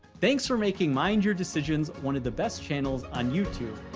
thanks for making mind your decisions one of the best channels on youtube.